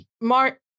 Mark